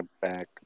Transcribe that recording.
back